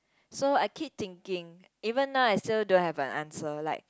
so I keep thinking even now I still don't have an answer like